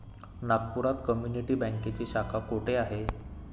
नागपुरात कम्युनिटी बँकेची शाखा कुठे आहे?